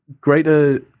greater